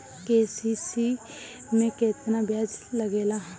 KCC में केतना ब्याज लगेला?